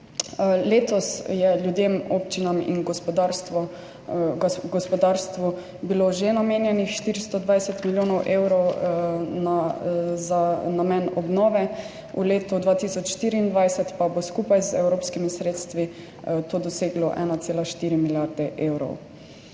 Letos je bilo ljudem, občinam in gospodarstvu že namenjenih 420 milijonov evrov za namen obnove, v letu 2024 pa bo skupaj z evropskimi sredstvi to doseglo 1,4 milijarde evrov.